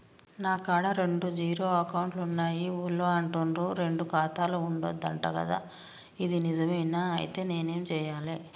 నా కాడా రెండు జీరో అకౌంట్లున్నాయి ఊళ్ళో అంటుర్రు రెండు ఖాతాలు ఉండద్దు అంట గదా ఇది నిజమేనా? ఐతే నేనేం చేయాలే?